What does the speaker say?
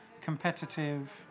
competitive